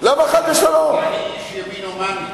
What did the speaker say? כי אני איש ימין הומני.